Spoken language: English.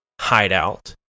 hideout